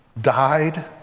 died